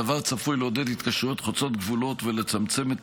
הדבר צפוי לעודד התקשרויות חוצות גבולות ולצמצם את